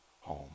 home